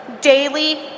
daily